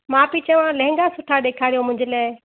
मां पई चवां लहिंगा सुठा ॾेखारियो मुंहिंजे लाइ